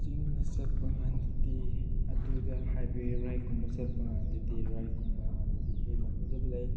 ꯆꯤꯡꯗ ꯆꯠꯄ ꯀꯥꯟꯗꯗꯤ ꯑꯗꯨꯗ ꯍꯥꯏꯗꯤ ꯔꯥꯏꯠꯀꯨꯝꯕ ꯆꯠꯄ ꯀꯥꯟꯗꯗꯤ ꯔꯥꯏꯠꯀꯨꯝꯕ ꯑꯗꯗꯤ ꯍꯦꯟꯅ ꯐꯖꯕ ꯂꯩ